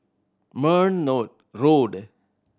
Merryn Road